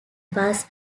bus